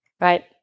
right